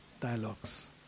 dialogues